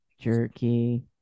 jerky